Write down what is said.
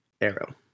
arrow